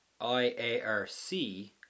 IARC